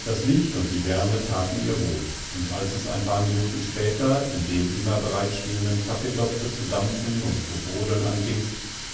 das licht und die wärme thaten ihr wohl und als es ein paar minuten später in dem immer bereit stehenden kaffeetopfe zu dampfen und zu brodeln anfing